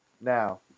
Now